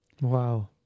Wow